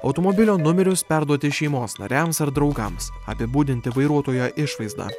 automobilio numerius perduoti šeimos nariams ar draugams apibūdinti vairuotojo išvaizdą